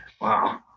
Wow